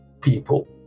people